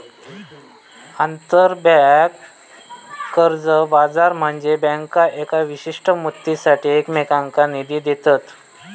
आंतरबँक कर्ज बाजार म्हनजे बँका येका विशिष्ट मुदतीसाठी एकमेकांनका निधी देतत